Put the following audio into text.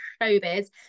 showbiz